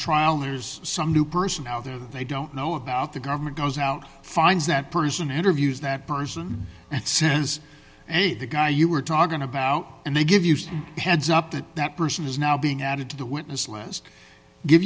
trial there's some new person out there they don't know about the government goes out finds that person interviews that person and sends a guy you were talking about and they give you some heads up that that person is now being added to the witness list give